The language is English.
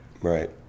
Right